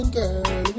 girl